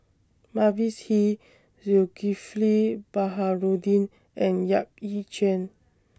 Mavis Hee Zulkifli Baharudin and Yap Ee Chian